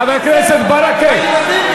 חבר הכנסת ברכה.